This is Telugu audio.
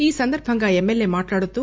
ఈ సందర్బంగా ఎమ్మెల్యే మాట్లాడుతూ